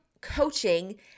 coaching